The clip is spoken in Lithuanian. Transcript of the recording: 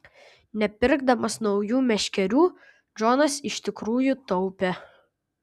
nepirkdamas naujų meškerių džonas iš tikrųjų taupė